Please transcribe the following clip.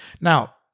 Now